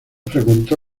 frecuentó